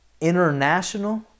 international